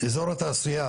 אזור התעשייה